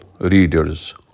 readers